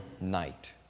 night